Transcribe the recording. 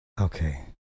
Okay